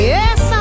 Yes